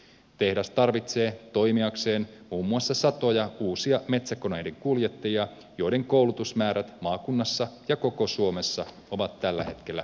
tehdas tarvitsee toimiakseen muun muassa satoja uusia metsäkoneiden kuljettajia joiden koulutusmäärät maakunnassa ja koko suomessa ovat tällä hetkellä riittämättömät